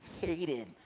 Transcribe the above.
hated